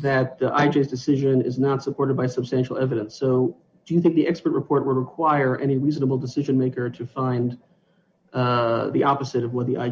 that i just decision is not supported by substantial evidence so do you think the expert report would require any reasonable decision maker to find the opposite of what the i